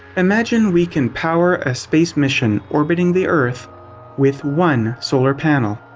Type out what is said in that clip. imagine we can power a space mission orbiting the earth with one solar panel.